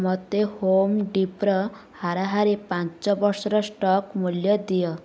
ମୋତେ Home Depot ହାରାହାରି ପାଞ୍ଚ ବର୍ଷର ଷ୍ଟକ୍ ମୂଲ୍ୟ ଦିଅ